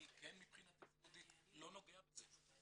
אני מבחינתי הוא כן יהודי, לא נוגע בזה.